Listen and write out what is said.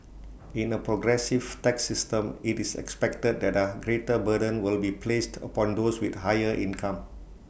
in A progressive tax system IT is expected that A greater burden will be placed upon those with higher income